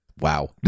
wow